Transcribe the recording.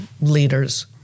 leaders